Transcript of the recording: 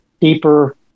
deeper